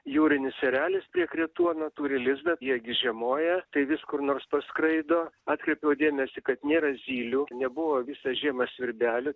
jūrinis erelis prie kretuono turi lizdą jie gi žiemoja tai vis kur nors paskraido atkreipiau dėmesį kad nėra zylių nebuvo visą žiemą svirbelių